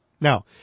Now